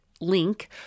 Link